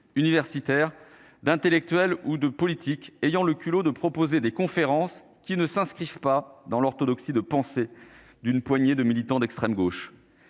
universitaires, d'intellectuels ou de politiques ayant le culot de proposer des conférences qui ne s'inscrivent pas dans l'orthodoxie de penser d'une poignée de militants d'extrême gauche.